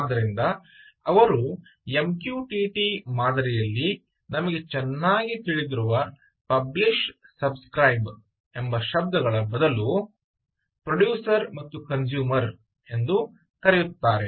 ಆದ್ದರಿಂದ ಅವರು MQTT ಮಾದರಿಯಲ್ಲಿ ನಮಗೆ ಚೆನ್ನಾಗಿ ತಿಳಿದಿರುವ ಪಬ್ಲಿಶ್ ಸಬ್ ಸ್ಕ್ರೈಬ್ ಎಂಬ ಶಬ್ದಗಳ ಬದಲು ಪ್ರೊಡ್ಯೂಸರ್ ಮತ್ತು ಕನ್ಸೂಮರ್ ಎಂದು ಕರೆಯುತ್ತಾರೆ